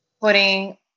putting